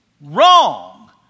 wrong